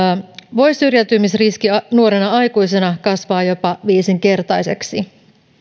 voi syrjäytymisriski nuorena aikuisena kasvaa jopa viisinkertaiseksi